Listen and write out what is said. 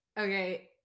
Okay